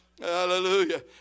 Hallelujah